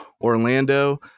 orlando